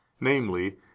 namely